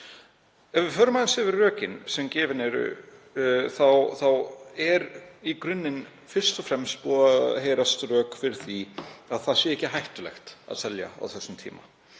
Ef við förum aðeins yfir rökin sem færð eru þá hafa í grunninn fyrst og fremst heyrst rök fyrir því að það sé ekki hættulegt að selja á þessum tíma